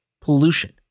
pollution